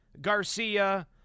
Garcia